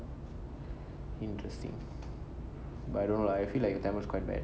interesting but I don't know lah I feel like your tamil is quite bad